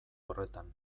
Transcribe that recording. horretan